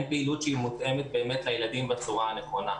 אין פעילות שהיא מותאמת באמת לילדים בצורה נכונה.